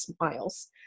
miles